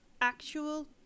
actual